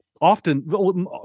Often